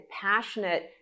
passionate